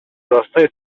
راستای